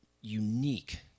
unique